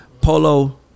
Polo